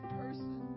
person